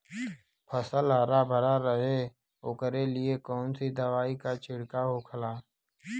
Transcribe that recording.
फसल हरा भरा रहे वोकरे लिए कौन सी दवा का छिड़काव होखेला?